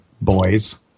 boys